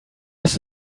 ist